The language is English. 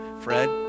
fred